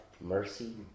mercy